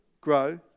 grow